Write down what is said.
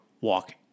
walk